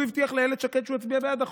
הוא הבטיח לאילת שקד שהוא יצביע בעד החוק,